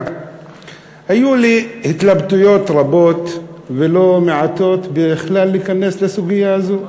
היו לי התלבטויות רבות ולא מעטות אם בכלל להיכנס לסוגיה הזו.